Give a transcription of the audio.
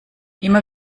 immer